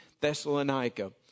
Thessalonica